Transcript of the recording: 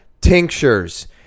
tinctures